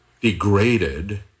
degraded